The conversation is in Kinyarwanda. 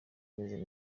imeze